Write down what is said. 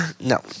No